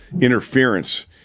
interference